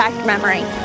memory